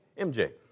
MJ